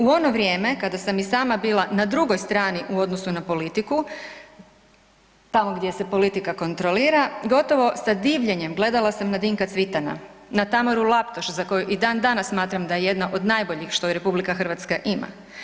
U ono vrijeme kada sam i sama bila na drugoj strani u odnosu na politiku, tamo gdje se politika kontrolira, gotovo sa divljenjem gledala sam na Dinka Cvitana, na Tamaru Laptoš za koju i dan danas smatram da je jedna od najboljih što ju RH ima.